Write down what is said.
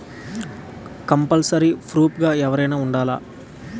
Compulsory proof గా ఎవరైనా ఉండాలా?